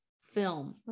film